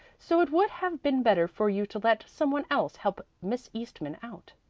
so it would have been better for you to let some one else help miss eastman out.